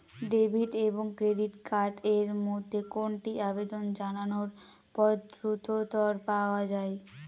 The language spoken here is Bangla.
ডেবিট এবং ক্রেডিট কার্ড এর মধ্যে কোনটি আবেদন জানানোর পর দ্রুততর পাওয়া য়ায়?